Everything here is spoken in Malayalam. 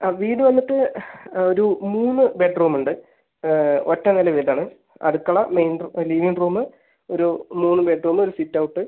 ആ വീട് വന്നിട്ട് ആ ഒരു മൂന്ന് ബെഡ് റൂം ഉണ്ട് ഒറ്റ നിലവീട് ആണ് അടുക്കള മെയിൻ റൂം ആ ലിവിംഗ് റൂം ഒരു മൂന്ന് ബെഡ് റൂം ഒരു സിറ്റ് ഔട്ട്